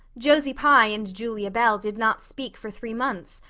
josie pye and julia bell did not speak for three months,